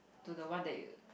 to the one that you